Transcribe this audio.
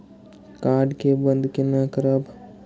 Card के बन्द केना करब?